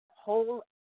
whole